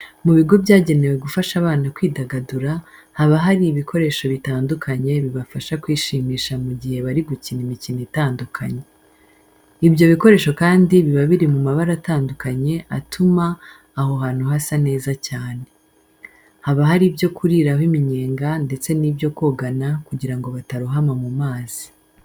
Mu bigo byagenewe gufasha abana kwidagadura, haba hari ibikoresho bitandukanye bibafasha kwishimisha mu gihe bari gukina imikino itandukanye. Ibyo bikoresho kandi biba biri mu mabara atandukanye atuma aho hantu hasa neza cyane. Haba hari ibyo kuriraho iminyenga ndetse n'ibyo kogana kugira ngo batarohama mu mazi.